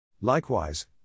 Likewise